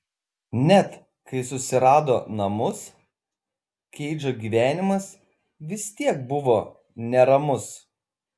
net kai susirado namus keidžo gyvenimas vis tiek buvo neramus